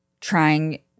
trying